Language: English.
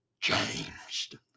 changed